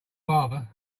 father